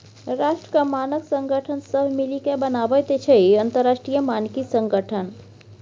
राष्ट्रक मानक संगठन सभ मिलिकए बनाबैत अछि अंतरराष्ट्रीय मानकीकरण संगठन